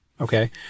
Okay